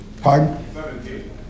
pardon